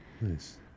Nice